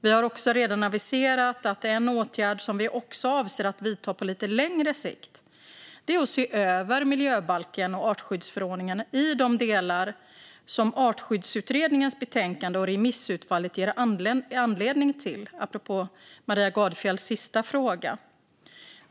Vi har också redan aviserat att en åtgärd som vi avser att vidta på lite längre sikt är att se över miljöbalken och artskyddsförordningen i de delar som Artskyddsutredningens betänkande och remissutfallet ger anledning till, apropå Maria Gardfjells sista fråga.